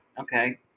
okay